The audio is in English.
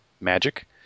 magic